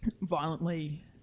violently